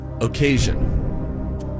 occasion